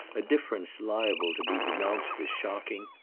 a difference liable to be denounced as shocking,